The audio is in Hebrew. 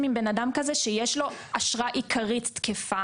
עם בן אדם כזה שיש לו אשרה עיקרית תקפה,